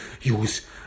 use